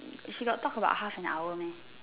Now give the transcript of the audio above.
she got talk about half and hour meh